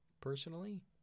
personally